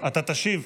אתה תשיב?